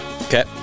Okay